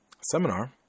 seminar